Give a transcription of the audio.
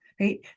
right